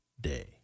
Day